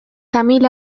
tamil